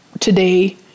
today